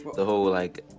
the whole, like,